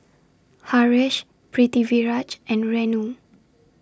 Haresh Pritiviraj and Renu